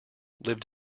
lived